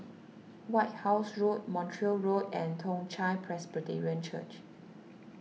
White House Road Montreal Road and Toong Chai Presbyterian Church